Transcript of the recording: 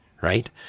right